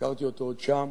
הכרתי אותו עוד שם.